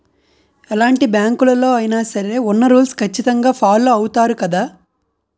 ఎలాంటి బ్యాంకులలో అయినా సరే ఉన్న రూల్స్ ఖచ్చితంగా ఫాలో అవుతారు గదా